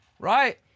right